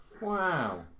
Wow